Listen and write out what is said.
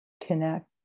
connect